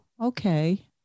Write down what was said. okay